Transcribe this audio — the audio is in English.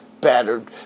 Battered